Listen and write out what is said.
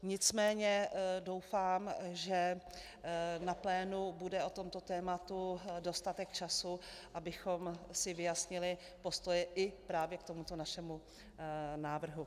Nicméně doufám, že na plénu bude o tomto tématu dostatek času, abychom si vyjasnili postoj i právě k tomuto našemu návrhu.